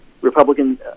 Republican